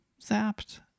zapped